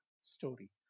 story